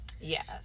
Yes